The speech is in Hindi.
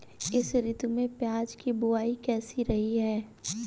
इस ऋतु में प्याज की बुआई कैसी रही है?